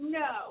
no